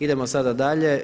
Idemo sada dalje.